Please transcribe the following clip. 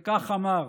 וכך אמר: